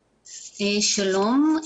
שלום,